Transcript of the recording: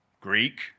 Greek